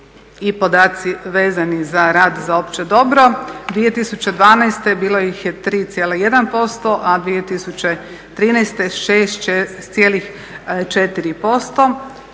i podaci vezani za rad za opće dobro. 2012.bilo ih je 3,1%, a 2013. 6,4%